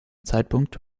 zeitpunkt